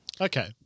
Okay